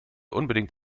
unbedingt